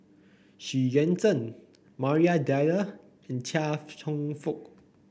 Xu Yuan Zhen Maria Dyer and Chia Cheong Fook